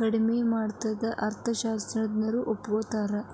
ಕಡ್ಮಿ ಮಾಡತ್ತಂತ ಅರ್ಥಶಾಸ್ತ್ರಜ್ಞರು ಒಪ್ಕೋತಾರ